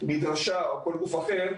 מדרשה או כל גוף אחר,